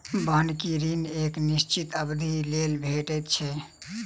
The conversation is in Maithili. बन्हकी ऋण एक निश्चित अवधिक लेल भेटैत छै